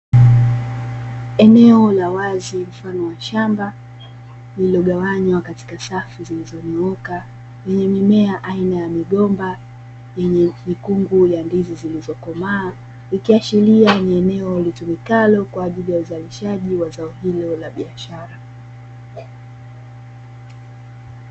Eneo la wazi mfano wa shamba, lililogawanywa katika safu zilizonyooka zenye mimea aina ya migomba yenye mikungu ya ndizi zilizokomaa ikiashiria ni eneo litumikalo kwa ajili ya uzalishaji wa zao hilo la biashara.